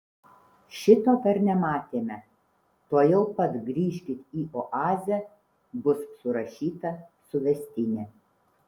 šito dar nematėme tuojau pat grįžkit į oazę bus surašyta suvestinė